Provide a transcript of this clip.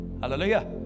Hallelujah